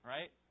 Right